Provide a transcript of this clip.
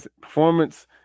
Performance